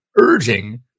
urging